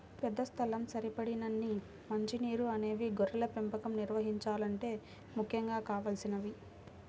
పెద్ద స్థలం, సరిపడినన్ని మంచి నీరు అనేవి గొర్రెల పెంపకం నిర్వహించాలంటే ముఖ్యంగా కావలసినవి